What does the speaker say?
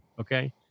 Okay